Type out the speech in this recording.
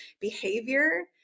behavior